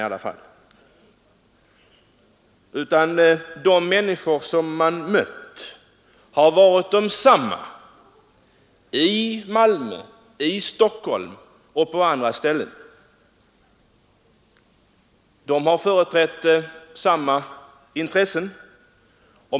Det är samma människor som företrätt dessa intressen i Malmö, i Stockholm och på andra platser.